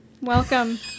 welcome